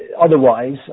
otherwise